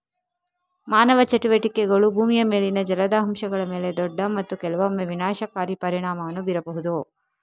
ಮಾನವ ಚಟುವಟಿಕೆಗಳು ಭೂಮಿಯ ಮೇಲಿನ ಜಲದ ಅಂಶಗಳ ಮೇಲೆ ದೊಡ್ಡ ಮತ್ತು ಕೆಲವೊಮ್ಮೆ ವಿನಾಶಕಾರಿ ಪರಿಣಾಮವನ್ನು ಬೀರಬಹುದು